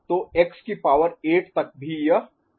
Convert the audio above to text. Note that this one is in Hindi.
तो x की पावर 8 तक भी यह दिखाई देगा